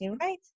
right